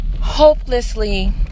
hopelessly